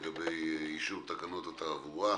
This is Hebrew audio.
על סדר-היום: תקנות התעבורה,